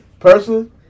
Personally